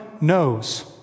knows